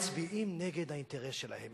מצביעים נגד האינטרס שלהם,